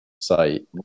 site